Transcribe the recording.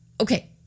okay